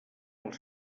els